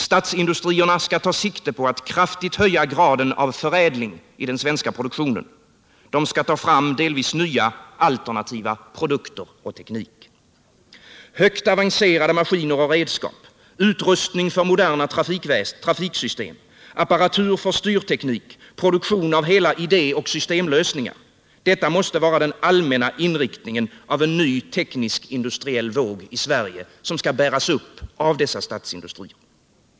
Statsindustrierna skall ta sikte på att kraftigt höja graden av förädling i den svenska produktionen. De skall ta fram delvis nya, alternativa produkter och teknik. Högt avancerade maskiner och redskap, utrustning för moderna trafiksystem, apparatur för styrteknik, produktion av hela idé och systemlösningar — detta måste vara den allmänna inriktningen av en ny teknisk industriell våg i Sverige, som skall bäras upp av dessa statsindustrier.